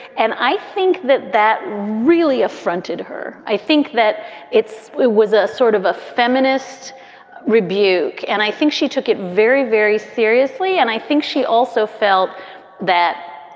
and i think that that really affronted her. i think that it's it was a sort of a feminist rebuke. and i think she took it very, very seriously. and i think she also felt that.